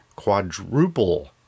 quadruple